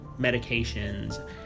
medications